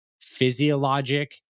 physiologic